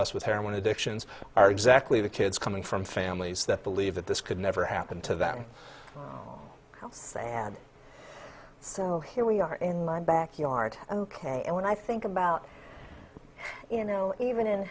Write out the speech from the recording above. us with her when addictions are exactly the kids coming from families that believe that this could never happen to them saying and so here we are in my backyard ok and when i think about you know even in